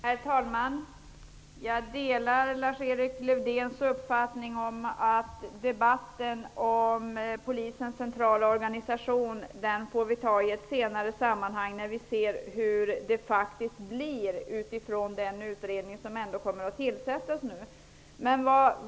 Herr talman! Jag delar Lars-Erik Lövdéns uppfattning om att vi får ta debatten om polisens centrala organisation i ett annat sammanhang, när vi, utifrån den utredning som nu ändå kommer att tillsättas, ser hur det faktiskt blir.